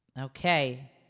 Okay